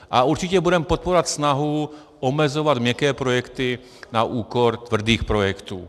A určitě budeme podporovat snahu omezovat měkké projekty na úkor tvrdých projektů.